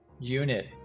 unit